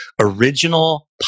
original